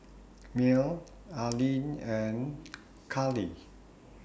Mel Arline and Karly